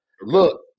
look